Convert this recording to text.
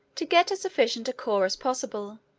to get as efficient a corps as possible,